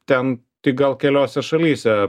ten tik gal keliose šalyse